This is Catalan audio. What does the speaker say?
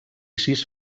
sis